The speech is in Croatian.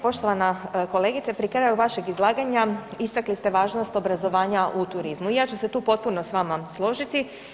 Poštovana kolegice pri kraju vašeg izlaganja istakli ste važnost obrazovanja u turizmu i ja ću se tu potpuno s vama složiti.